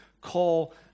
call